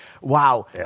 Wow